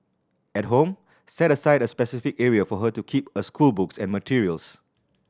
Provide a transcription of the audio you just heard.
at home set aside a specific area for her to keep her schoolbooks and materials